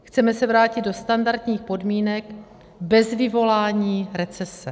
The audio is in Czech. Chceme se vrátit do standardních podmínek bez vyvolání recese.